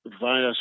via